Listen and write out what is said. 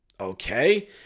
Okay